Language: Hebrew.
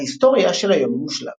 ההיסטוריה של היום המושלג